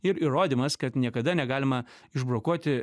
ir įrodymas kad niekada negalima išbrokuoti